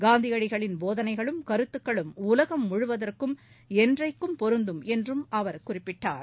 காந்தியடிகளின் போதனைகளும் கருத்துக்களும் உலகம் முழுவதற்கும் என்றைக்கும் பொருந்தும் எனவும் அவர் குறிப்பிட்டார்